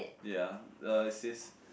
ya uh it says